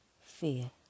fear